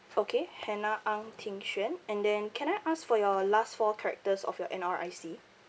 okay hannah ang ting xuan and then can I ask for your last four characters of your N_R_I_C